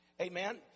Amen